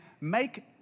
make